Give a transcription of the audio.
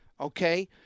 okay